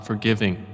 forgiving